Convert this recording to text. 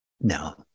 No